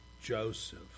Joseph